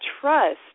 trust